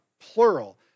plural